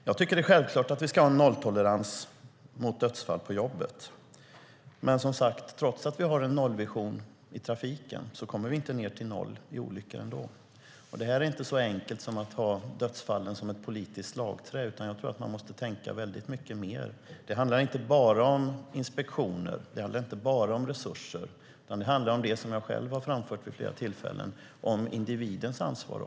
Jag tycker att det är självklart att vi ska ha nolltolerans mot dödsfall på jobbet. Men som sagt, trots att vi har en nollvision i trafiken kommer vi inte ned till noll olyckor. Det är inte så enkelt som att använda dödsfallen som ett politiskt slagträ, utan jag tror att man måste tänka väldigt mycket mer. Det handlar inte bara om inspektioner och resurser utan också om det som jag själv har framfört vid flera tillfällen: individens ansvar.